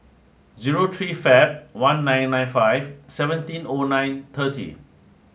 zero three Feb one nine nine five seventeen O nine thirty